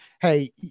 hey